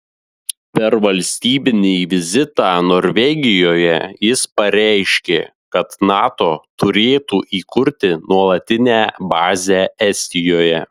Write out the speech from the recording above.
per valstybinį vizitą norvegijoje jis pareiškė kad nato turėtų įkurti nuolatinę bazę estijoje